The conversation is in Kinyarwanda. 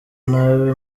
nabi